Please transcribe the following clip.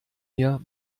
mir